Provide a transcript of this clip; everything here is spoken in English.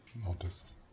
Notice